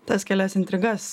tas kelias intrigas